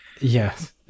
Yes